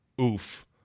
Oof